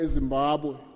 Zimbabwe